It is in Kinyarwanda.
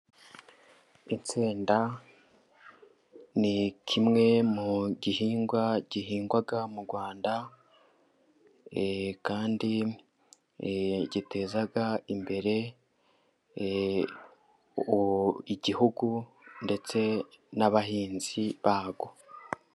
Insenda ni kimwe mu gihingwa gihingwa mu Rwanda, kandi giteza imbere igihugu ndetse n'abahinzi bazo.